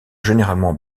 généralement